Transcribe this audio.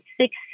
six